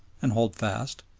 and hold fast,